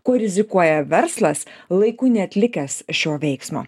kuo rizikuoja verslas laiku neatlikęs šio veiksmo